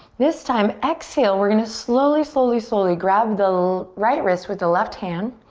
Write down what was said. this time exhale, we're gonna slowly, slowly, slowly grab the right wrist with the left hand.